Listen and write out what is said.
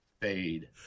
fade